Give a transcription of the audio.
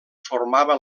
formava